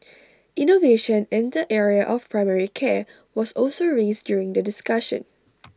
innovation in the area of primary care was also raised during the discussion